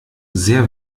sehr